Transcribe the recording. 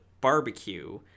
barbecue